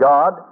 God